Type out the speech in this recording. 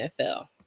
NFL